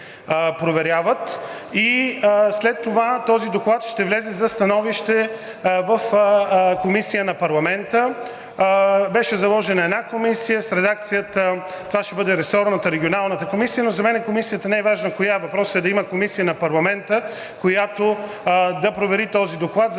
и след това този доклад ще влезе за становище в комисия на парламента. Беше заложена една комисия, това ще бъде ресорната –Регионалната комисия, но за мен комисията не е важна коя е, въпросът е да има комисия на парламента, която да провери този доклад,